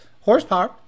Horsepower